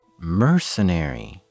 Mercenary